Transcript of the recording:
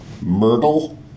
Myrtle